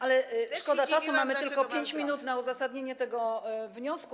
Ale szkoda czasu, mamy tylko 5 minut na uzasadnienie tego wniosku.